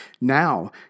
Now